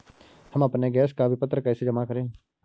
हम अपने गैस का विपत्र कैसे जमा करें?